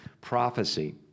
prophecy